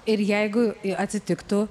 ir jeigu atsitiktų